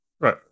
Right